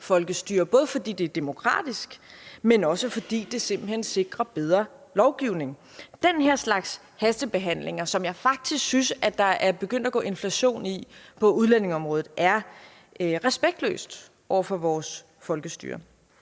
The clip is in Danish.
folkestyre, både fordi det er demokratisk, men også fordi det simpelt hen sikrer bedre lovgivning. Den her slags hastebehandling, som jeg faktisk synes der er begyndt at gå inflation i på udlændingeområdet, er respektløs over for vores folkestyre.